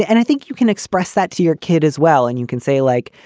and i think you can express that to your kid as well. and you can say like,